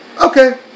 okay